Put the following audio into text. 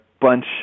bunch